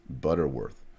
Butterworth